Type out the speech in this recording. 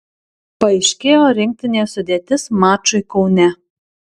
paaiškėjo rinktinės sudėtis mačui kaune